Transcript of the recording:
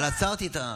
אבל עצרתי.